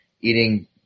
eating